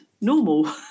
normal